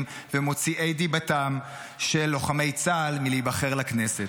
ומוציאי דיבתם של לוחמי צה"ל מלהיבחר לכנסת.